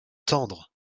tendre